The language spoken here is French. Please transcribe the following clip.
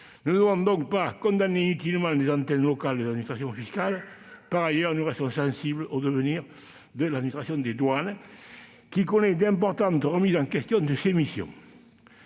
Nous ne devons pas condamner inutilement des antennes locales de l'administration fiscale. Par ailleurs, nous restons sensibles au devenir de l'administration des douanes, qui connaît d'importantes remises en question de ses missions.